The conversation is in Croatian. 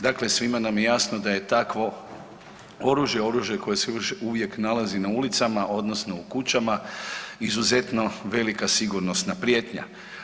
Dakle, svima nam je jasno da je takvo oružje oružje koje se još uvijek nalazi na ulicama odnosno u kućama izuzetno velika sigurnosna prijetnja.